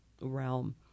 realm